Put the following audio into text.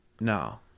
No